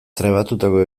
trebatutako